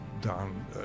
down